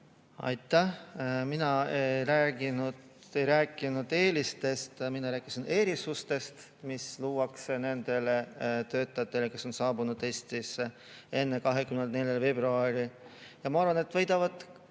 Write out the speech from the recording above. Aitäh! Mina ei rääkinud eelistest, mina rääkisin erisustest, mis luuakse nendele töötajatele, kes saabusid Eestisse enne 24. veebruari. Ma arvan, et võidame